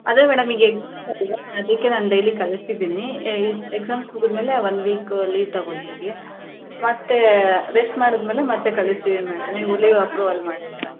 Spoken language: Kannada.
ಅದೇ ಮೇಡಮ್ ಈಗ ಎಕ್ಸಾಮ್ಸ್ ಅಲ್ವಾ ಅದಕ್ಕೆ ನಾನು ಡೈಲಿ ಕಳಿಸ್ತಿದ್ದಿನಿ ಎಕ್ಸಾಮ್ಸ್ ಮುಗಿದ್ಮೇಲೆ ಒಂದು ವೀಕ್ ಲೀವ್ ತಗೋತೀವಿ ಮತ್ತೇ ರೆಸ್ಟ್ ಮಾಡಿದ ಮೇಲೆ ಮತ್ತೆ ಕಳಿಸ್ತೀವಿ ಮೇಡಮ್ ನೀವು ಲೀವ್ ಅಪ್ರೂವಲ್ ಮಾಡಿ ಮೇಡಮ್